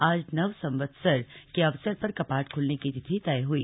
आज नवसंवत्सर के अवसर पर कपाट ख्लने की तिथि तय हुई